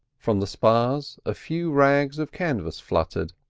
from the spars a few rags of canvas fluttered.